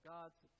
God's